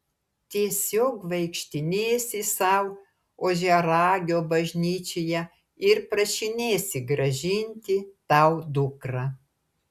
tiesiog vaikštinėsi sau ožiaragio bažnyčioje ir prašinėsi grąžinti tau dukrą